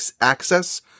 access